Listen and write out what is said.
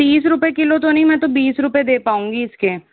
तीस रुपए किलो तो नहीं मैं बीस रुपए दे पाऊँगी इसके